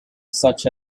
such